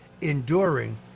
enduring